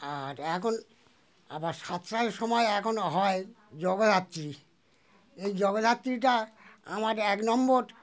আর এখন আবার সাতটার সময় এখন হয় জগদ্ধাত্রী এই জগদ্ধাত্রীটা আমার এক নম্বর